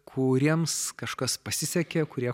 kuriems kažkas pasisekė kurie